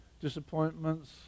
disappointments